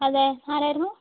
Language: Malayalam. അതെ ആരായിരുന്നു